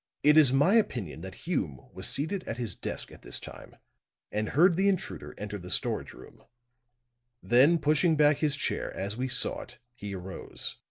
it is my opinion that hume was seated at his desk at this time and heard the intruder enter the storage room then pushing back his chair as we saw it, he arose.